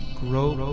grow